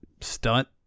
stunt